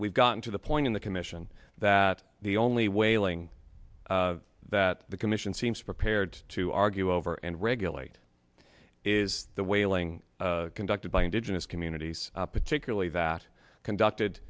we've gotten to the point in the commission that the only whaling that the commission seems prepared to argue over and regulate is the whaling conducted by indigenous communities particularly that conducted